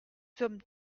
sommes